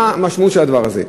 מה המשמעות של הדבר הזה?